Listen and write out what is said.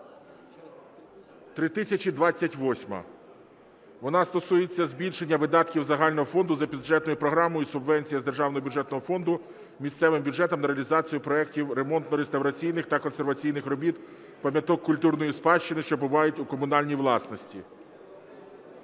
3028-а, вона стосується збільшення видатків загального фонду за бюджетною програмою "Субвенція з державного бюджетного фонду місцевим бюджетам на реалізацію проектів ремонтно-реставраційних та консерваційних робіт пам'яток культурної спадщини, що перебувають у комунальній власності",